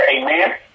amen